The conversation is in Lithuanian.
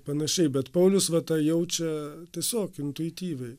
panašiai bet paulius va tą jaučia tiesiog intuityviai